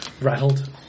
Rattled